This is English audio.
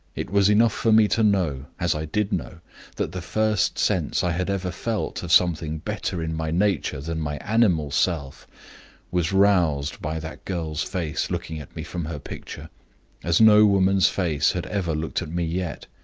it was enough for me to know as i did know that the first sense i had ever felt of something better in my nature than my animal self was roused by that girl's face looking at me from her picture as no woman's face had ever looked at me yet.